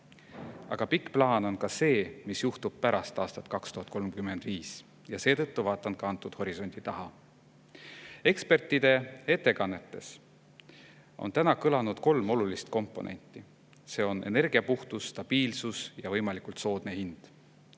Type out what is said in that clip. Aga pikk plaan on ka see, mis juhtub pärast aastat 2035, ja seetõttu vaatan ka selle horisondi taha. Ekspertide ettekannetes on täna kõlanud kolm olulist komponenti. Need on energia puhtus, stabiilsus ja võimalikult soodne hind.